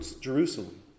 Jerusalem